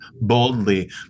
boldly